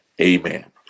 Amen